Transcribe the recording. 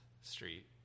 Street